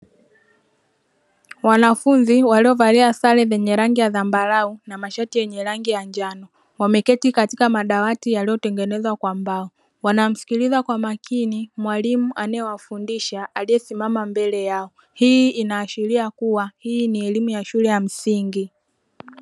Wanafunzi waliovalia sare zenye rangi ya zambalau na mashati yenye rangi ya njano, wameketi kwenye madawati yaliyotengenezwa kwa mbao wanamskiliza kwa makini mwalimu anayewafundisha aliyesimama mbele yao, hii inaashiria kuwa hii ni elimu ya shule ya msingi.